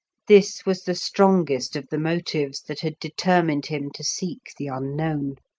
this was the strongest of the motives that had determined him to seek the unknown.